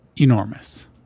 enormous